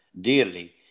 dearly